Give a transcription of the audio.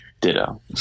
ditto